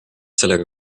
sellega